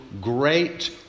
great